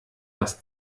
das